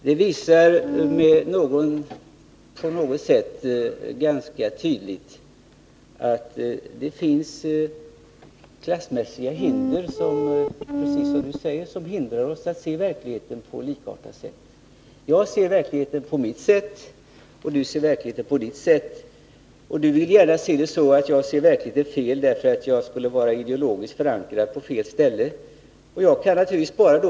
Detta visar på något sätt ganska tydligt att det, som ni säger, finns klassmässiga hinder som gör att vi inte kan se verkligheten på samma sätt. Jag ser verkligheten på mitt sätt och ni ser den på ert. Ni menar att jag ser verkligheten på ett felaktigt sätt, därför att jag skulle vara ideologiskt förankrad på fel ställe.